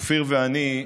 אופיר ואני,